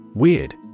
Weird